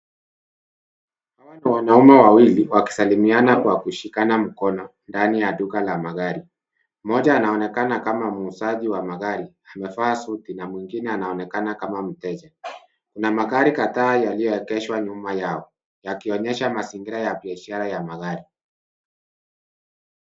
Hawa ni wanaume wawili, wakisalimiana kwa kushikana mkono ndani ya duka la magari. Mmoja anaonkena kama muuzaji wa magari, amevaa suti, na mwingine anaonekana kama mteja. Kuna magari kadhaa yaliyoegeshwa nyuma yao, yakionyesha mazingira ya biashara ya magari .